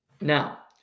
Now